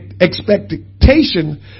expectation